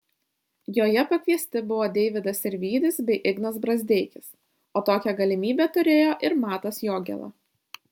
joje pakviesti buvo deividas sirvydis bei ignas brazdeikis o tokią galimybę turėjo ir matas jogėla